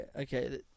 okay